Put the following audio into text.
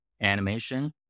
animation